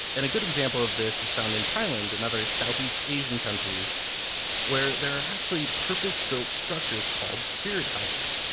and a good example of this is found in thailand and other southeast asian countries where there are actually purpose-built structures called spirit houses.